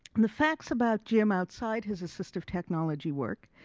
and the facts about jim outside his assistive technology work,